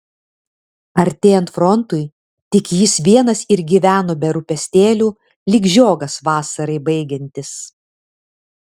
artėjant frontui tik jis vienas ir gyveno be rūpestėlių lyg žiogas vasarai baigiantis